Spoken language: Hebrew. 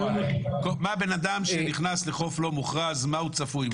בן אדם שנכנס לחוף לא-מוכרז למה הוא צפוי?